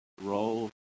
role